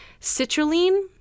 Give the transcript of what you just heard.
Citrulline